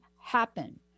happen